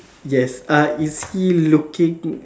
yes uh is he looking